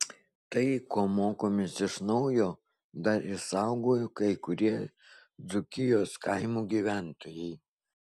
tai ko mokomės iš naujo dar išsaugojo kai kurie dzūkijos kaimų gyventojai